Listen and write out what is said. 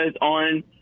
on